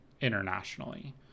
internationally